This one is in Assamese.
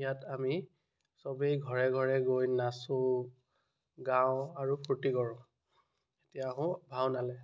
ইয়াত আমি চবেই ঘৰে ঘৰে গৈ নাচোঁ গাওঁ আৰু ফূৰ্তি কৰোঁ এতিয়া আহোঁ ভাওনালৈ